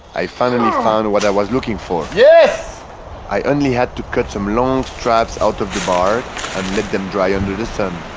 i finally found what i was looking for yeeees yeah i only had to cut some long straps out of the bard and let them dry under the sun